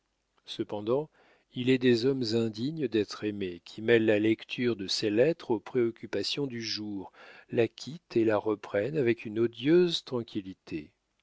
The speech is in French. cependant il est des hommes indignes d'être aimés qui mêlent la lecture de ces lettres aux préoccupations du jour la quittent et la reprennent avec une odieuse tranquillité